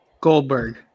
Goldberg